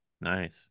Nice